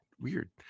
weird